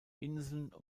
inseln